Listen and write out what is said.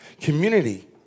Community